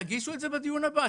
תגישו את זה בדיון הבא,